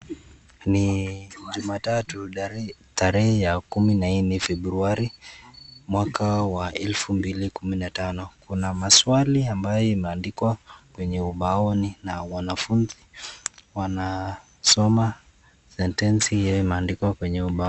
Ni Jumatatu tarehe ya kumi na nne, Februari, mwaka wa elfu mbili kumi na tano. Kuna maswali ambayo yameandikwa kwenye ubaoni na wanafunzi wanasoma sentensi hiyo imeandikwa kwenye ubao.